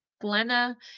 Glenna